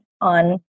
on